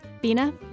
Bina